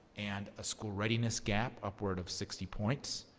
and a school readiness gap upward of sixty points.